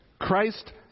Christ